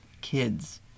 kids